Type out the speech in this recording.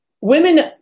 Women